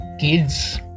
Kids